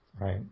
right